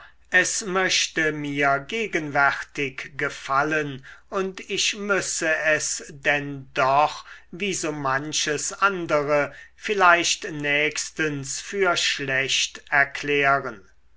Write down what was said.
es möchte mir gegenwärtig gefallen und ich müsse es denn doch wie so manches andere vielleicht nächstens für schlecht erklären